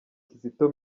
kizito